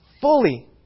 fully